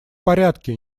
порядке